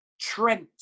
Trent